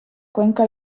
cuenca